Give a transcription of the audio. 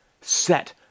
Set